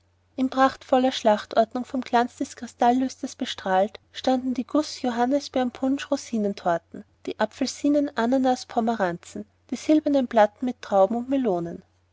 in prachtvoller schlachtordnung vom glanz der kristallüsters bestrahlt standen die guß johannisbeerenpunsch rosinentorten die apfelsinen ananas pomeranzen die silbernen platten mit trauben und melonen